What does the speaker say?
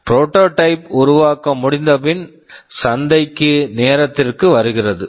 prototype prototype உருவாக்கம் முடிந்தபின் சந்தைக்கு நேரத்திற்கு வருகிறது